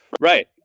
Right